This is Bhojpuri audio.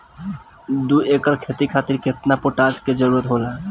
दु एकड़ खेती खातिर केतना पोटाश के जरूरी होला?